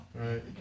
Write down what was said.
Right